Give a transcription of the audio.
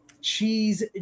cheese